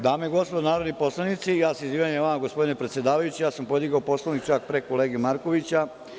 Dame i gospodo, narodni poslanici, ja se izvinjavam i vama gospodine predsedavajući, podigao sam Poslovnik pre kolege Markovića.